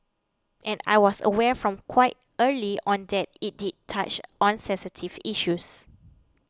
and I was aware from quite early on that it did touch on sensitive issues